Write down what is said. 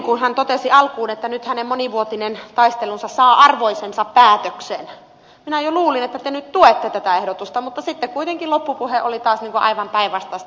kun te totesitte alkuun että nyt teidän monivuotinen taistelunne saa arvoisensa päätöksen minä jo luulin että te nyt tuette tätä ehdotusta mutta sitten kuitenkin loppupuhe oli taas aivan päinvastaista